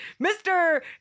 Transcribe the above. Mr